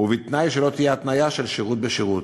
בתנאי שלא תהיה התניה של שירות בשירות,